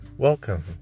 Welcome